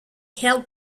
held